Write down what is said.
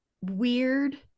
weird